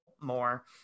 more